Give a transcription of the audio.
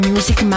Music